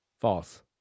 False